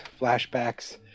flashbacks